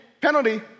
penalty